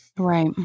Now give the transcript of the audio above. Right